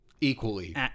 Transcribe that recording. Equally